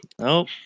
Nope